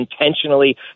intentionally